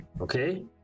Okay